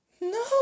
No